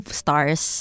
stars